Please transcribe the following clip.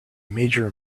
major